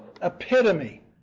epitome